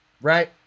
Right